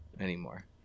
anymore